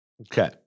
Okay